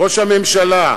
ראש הממשלה,